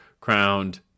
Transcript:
crowned